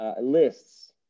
lists